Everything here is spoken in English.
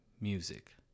music